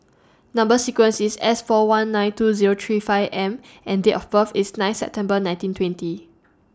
Number sequence IS S four one nine two Zero three five M and Date of birth IS nine September nineteen twenty